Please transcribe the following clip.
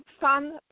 fun